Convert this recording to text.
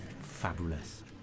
Fabulous